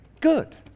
good